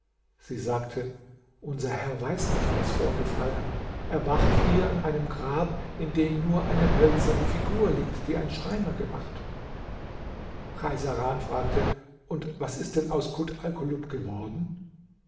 sie sagte unser herr weiß nicht was vorgefallen er wacht hier an einem grab in dem nur eine hölzerne figur liegt die ein schreiner gemacht cheisaran fragte und was ist denn aus kut alkulub geworden